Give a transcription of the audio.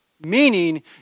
Meaning